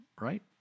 right